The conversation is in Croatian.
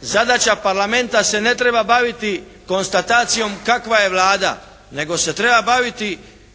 zadaća Parlamenta se ne treba baviti konstatacijom kakva je Vlada, nego se treba baviti